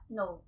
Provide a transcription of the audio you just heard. no